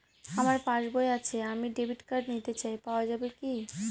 আমার পাসবই আছে আমি ডেবিট কার্ড নিতে চাই পাওয়া যাবে কি?